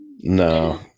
no